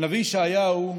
הנביא ישעיהו הוא